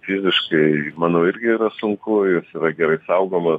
fiziškai manau irgi yra sunku jos yra gerai saugomo